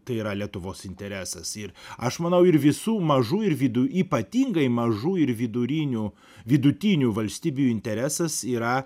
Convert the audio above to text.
tai yra lietuvos interesas ir aš manau ir visų mažų ir vidu ypatingai mažų ir vidurinio vidutinių valstybių interesas yra